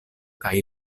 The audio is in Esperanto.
kaj